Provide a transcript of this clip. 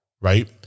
Right